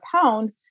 pound